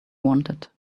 wanted